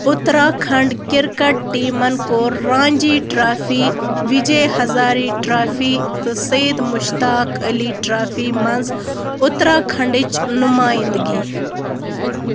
Uttarakhand cricket ٹیٖمن کوٚر Ranji trophy Vijay Hazare trophy تہٕ سعید مُشتاق علی ٹرٛافی منٛز اُتراکھنڈٕچ نُمائنٛدگی